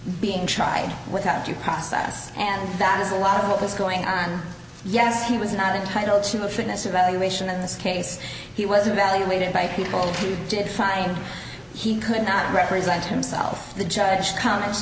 being tried without due process and that is a lot of what was going on yes he was not entitled to a fitness evaluation in this case he was evaluated by people who did find he could not represent himself the judge comment